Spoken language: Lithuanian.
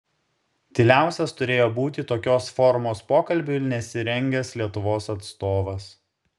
tyliausias turėjo būti tokios formos pokalbiui nesirengęs lietuvos atstovas